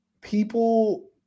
people